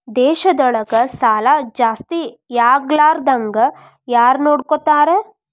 ದೇಶದೊಳಗ ಸಾಲಾ ಜಾಸ್ತಿಯಾಗ್ಲಾರ್ದಂಗ್ ಯಾರ್ನೊಡ್ಕೊತಾರ?